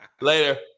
Later